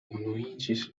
unuiĝis